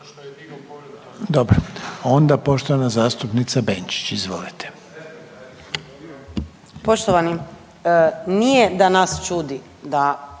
Dobro, onda poštovana zastupnica Benčić, izvolite.